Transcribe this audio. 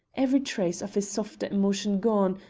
every trace of his softer emotion gone,